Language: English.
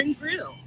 Grill